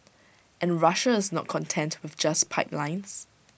and Russia is not content with just pipelines